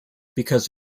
because